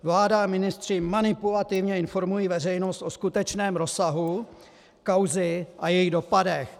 Vláda a ministři manipulativně informují veřejnost o skutečném rozsahu kauzy a jejích dopadech.